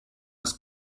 his